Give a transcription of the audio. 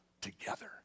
together